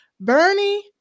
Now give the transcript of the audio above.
Bernie